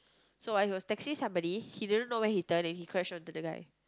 so while he was texting somebody he didn't know where he turn and he crash into the guy